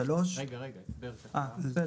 רגע תן לנו הסבר פה.